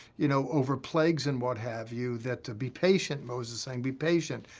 you know, over plagues and what have you, that to be patient, moses saying, be patient,